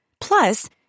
Plus